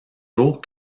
jours